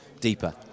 deeper